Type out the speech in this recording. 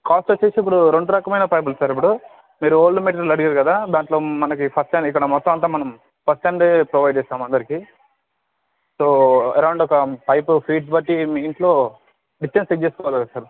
cost వచ్చేసి ఇప్పుడు రెండు రకమైన పైపులు సార్ ఇప్పుడు మీరు ఓల్డ్ మెటీరియల్ అడిగారు కదా దాంట్లో మనకి ఫస్ట్ స్టాండే ఇక్కడంతా మనం ఫస్ట్ స్టాండే ప్రొవైడ్ చేస్తాం అందరికి అరౌండొక పైపు ఫీట్ బట్టి ఇంట్లో డిస్టెన్స్ చెక్ చేసుకోవాలి కదా సార్ ఒకసారి